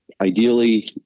ideally